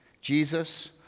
Jesus